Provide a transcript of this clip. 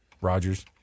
Rodgers